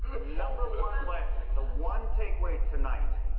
number one lesson. the one takeaway tonight.